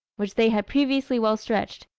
which they had previously well stretched,